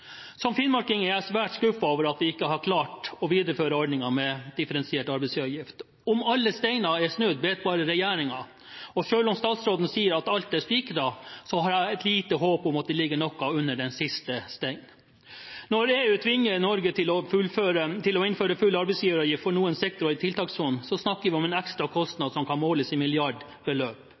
Som finnmarking er jeg svært skuffet over at vi ikke har klart å videreføre ordningen med differensiert arbeidsgiveravgift. Om alle steiner er snudd, vet bare regjeringen, og selv om statsråden sier at alt er spikret, har jeg et lite håp om at det ligger noe under den siste steinen. Når EU tvinger Norge til å innføre full arbeidsgiveravgift for noen sektorer i tiltakssonen, snakker vi om en ekstra kostnad som kan måles i milliardbeløp.